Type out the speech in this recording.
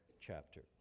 chapter